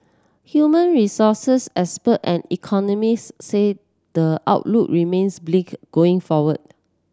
human resources expert and economists say the outlook remains bleak going forward